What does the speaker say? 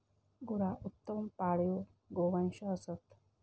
गुरा उत्तम पाळीव गोवंश असत